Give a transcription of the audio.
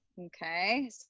Okay